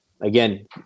Again